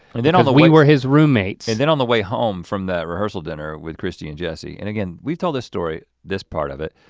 and then although we were his roommates. and then on the way home from that rehearsal dinner with christy and jessie. and again, we've told this story, this part of it.